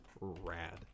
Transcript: rad